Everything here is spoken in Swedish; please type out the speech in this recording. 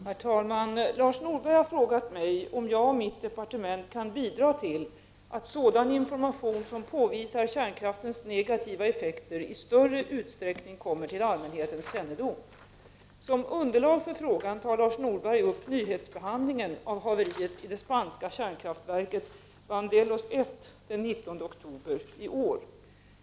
Herr talman! Lars Norberg har frågat mig om jag och mitt departement kan bidra till att sådan information som påvisar kärnkraftens negativa effekter i större utsträckning kommer till allmänhetens kännedom. Som underlag för frågan tar Lars Norberg upp nyhetsbehandlingen av haveriet i det spanska kärnkraftverket Vandellos-1 den 19 oktober i år.